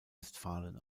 westfalen